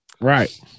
Right